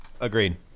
Agreed